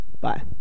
Bye